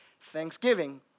Thanksgiving